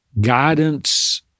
guidance